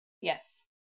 Yes